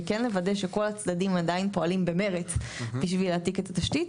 וכן לוודא שכל הצדדים עדיין פועלים במרץ בשביל להעתיק את התשתית,